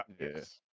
Yes